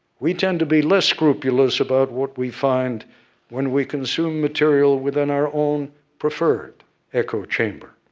we tend to be less scrupulous about what we find when we consume material within our own preferred echo chamber.